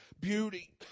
Beauty